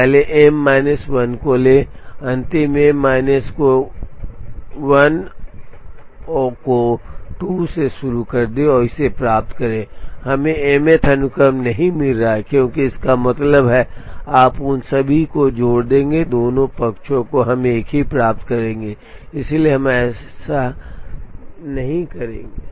तो पहले m minus 1 को लें अंतिम m माइनस 1 को 2 से शुरू करें और इसे प्राप्त करें हमें mth अनुक्रम नहीं मिल रहा है क्योंकि इसका मतलब है कि आप उन सभी को जोड़ देंगे दोनों पक्षों को हम एक ही प्राप्त करेंगे इसलिए हम ऐसा मत करो